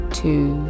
two